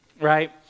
right